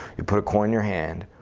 you put a coin your hand.